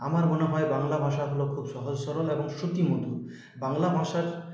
আমার মনে হয় বাংলা ভাষা হল খুব সহজ সরল এবং শ্রুতিমধুর বাংলা ভাষার